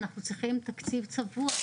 אנחנו צריכים תקציב צבוע.